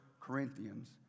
Corinthians